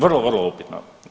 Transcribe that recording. Vrlo, vrlo upitno.